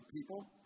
people